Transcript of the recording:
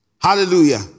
Hallelujah